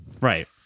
right